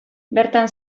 bertan